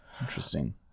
interesting